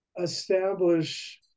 establish